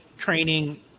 training